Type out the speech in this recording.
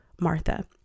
Martha